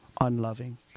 unloving